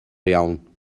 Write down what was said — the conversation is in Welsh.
iawn